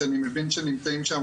שאני מבין שנמצאים שם,